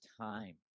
time